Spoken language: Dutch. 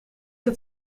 het